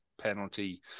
penalty